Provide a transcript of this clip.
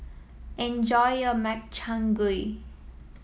enjoy your Makchang Gui